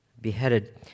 beheaded